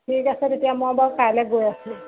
ঠিক আছে তেতিয়া মই বাৰু কাইলৈ গৈ আছোঁ